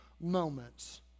moments